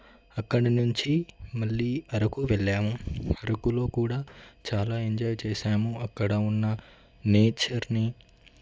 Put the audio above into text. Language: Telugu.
అక్కడి నుంచి మళ్ళీ అరకు వెళ్లాము అరకులో కూడా చాలా ఎంజాయ్ చేశాము అక్కడ ఉన్న నేచర్ని